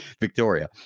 Victoria